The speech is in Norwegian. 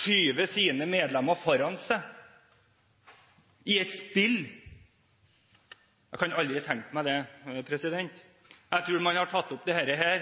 sine medlemmer foran seg – i et spill? Jeg kan aldri tenke meg det. Jeg tror man har tatt opp dette